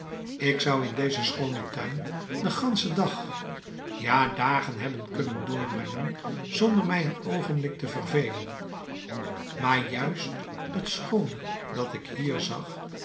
ik zou in dezen schoonen tuin den ganschen dag ja dagen hebben kunnen doorbrengen zonder mij een oogenblik te vervelen maar juist het schoone dat ik hier zag